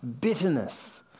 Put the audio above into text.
bitterness